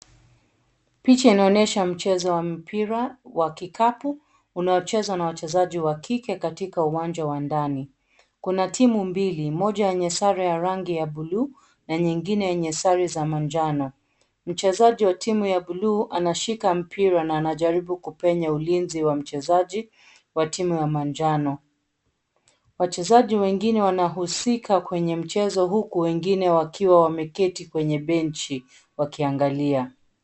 Picha inaonyesha mchezo wa mpira wa kikapu unaochezwa na wachezaji wa kike katika uwanja wa ndani. Kuna timu mbili, moja yenye sare ya rangi ya bluu na nyingine yenye sare za manjano. Mchezaji wa timu ya bluu anashika mpira na anajaribu kupenya ulinzi wa mchezaji wa timu ya manjano. Wachezaji wengine wanahusika kwenye mchezo huku wengine wakiwa wameketi kwenye benchi, wakiangalia.